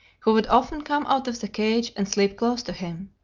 who would often come out of the cage and sleep close to him.